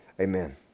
Amen